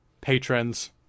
patrons